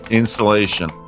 insulation